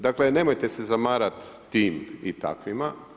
Dakle nemojte se zavarati tim i takvima.